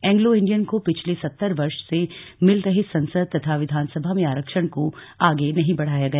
Anglo Indian को पिछले सत्तर वर्ष से मिल रहे संसद तथा विधानसभा में आरक्षण को आगे नहीं बढ़ाया गया